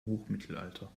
hochmittelalter